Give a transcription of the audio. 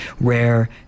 rare